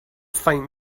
faint